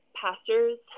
pastors